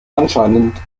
anscheinend